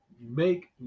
make